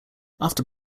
after